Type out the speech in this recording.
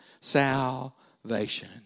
salvation